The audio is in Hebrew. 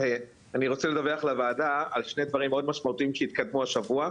אני רוצה לדווח לוועדה על שתי דברים מאוד משמעותיים שהתקדמו השבוע,